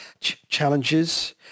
challenges